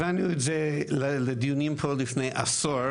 הבאנו את זה לדיונים פה לפני עשור.